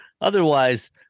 otherwise